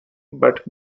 but